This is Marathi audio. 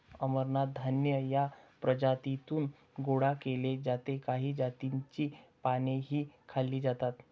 अमरनाथ धान्य या प्रजातीतून गोळा केले जाते काही जातींची पानेही खाल्ली जातात